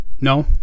No